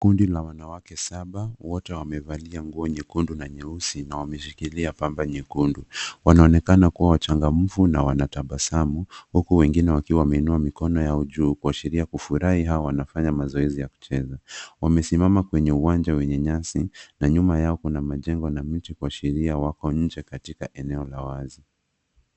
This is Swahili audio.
Kundi la wanawake saba wote wamevalia nguo nyekundu na nyeusi na wameshikilia pamba nyekundu. Wanaonekana kua wachangafu na wanatabasamu huku wengine wakiwa wameinua mikono yao juu kuashiria kufurahi au wanafanya mazoezi ya kucheza. Wamesimama kwenye uwanja wanye nyasi na nyuma yao kuna majengo na mti kuashiria wako nje katika eneo la wazi.